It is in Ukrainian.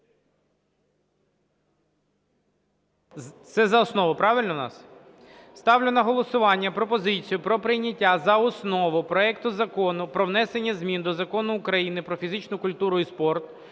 Це за основу, правильно, у нас? Ставлю на голосування пропозицію про прийняття за основу проекту Закону про внесення змін до Закону України "Про фізичну культуру і спорт"